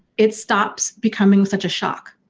it stops becoming such a shock,